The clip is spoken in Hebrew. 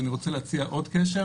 אני רוצה להציע עוד קשר